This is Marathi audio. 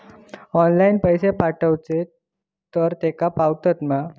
ऑनलाइन पैसे पाठवचे तर तेका पावतत मा?